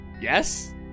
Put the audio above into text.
Yes